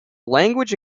language